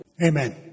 Amen